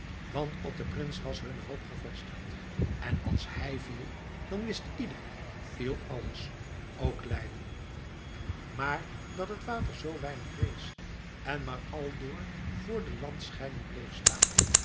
want op den prins was hunne hoop gevestigd en als hij viel dat wist iedereen viel alles ook leiden maar dat het water zoo weinig rees en maar al door voor de landscheiding bleef staan